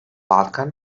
balkan